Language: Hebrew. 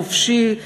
החופשי,